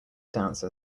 dancer